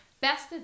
best